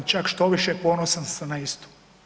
Čak štoviše ponosan sam na istu.